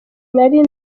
nari